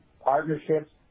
partnerships